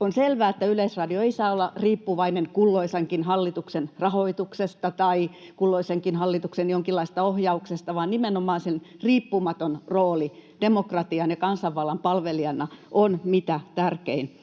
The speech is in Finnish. On selvää, että Yleisradio ei saa olla riippuvainen kulloisenkin hallituksen rahoituksesta tai kulloisenkin hallituksen jonkinlaisesta ohjauksesta, vaan nimenomaan sen riippumaton rooli demokratian ja kansanvallan palvelijana on mitä tärkein,